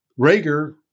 Rager